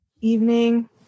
evening